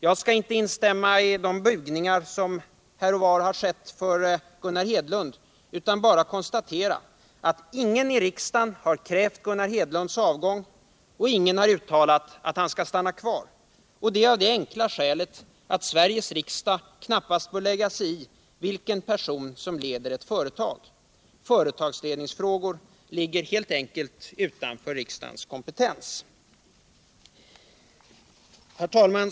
Jag skall inte här upprepa de bugningar som i debatten gjorts för Gunnar Hedlund utan bara konstatera att ingen i riksdagen har krävt Gunnar Hedlunds avgång och att ingen har uttalat att han skall stanna kvar — och det av det enkla skälet att Sveriges riksdag knappast bör lägga sig i vilken person som leder ett företag. Företagsledningsfrågor ligger helt enkelt utanför riksdagens kompetens. Herr talman!